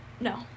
No